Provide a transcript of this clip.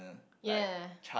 ya